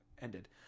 ended